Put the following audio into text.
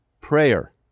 prayer